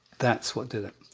that's what did it.